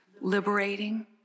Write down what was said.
Liberating